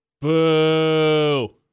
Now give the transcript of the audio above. Boo